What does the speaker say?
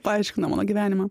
paaiškino mano gyvenimą